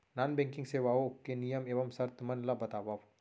non banking सेवाओं के नियम एवं शर्त मन ला बतावव